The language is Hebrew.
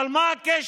אבל מה הקשר?